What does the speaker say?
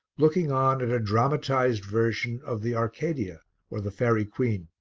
looking on at a dramatized version of the arcadia or the faerie queene.